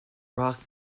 rock